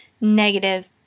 negative